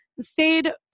stayed